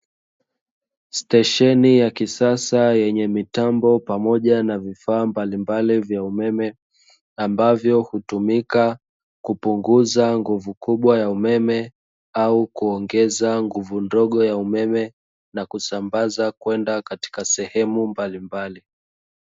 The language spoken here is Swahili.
Stesheni ya kisasa iliyomo na mitambo pamoja na vifaa vya kisasa mbalimbali vya umeme, ambavyo hutumika kupunguza nguvu kubwa ya umeme au kuongeza nguvu ndogo ya umeme na kusambaza kwenda sehemu mbalimbali.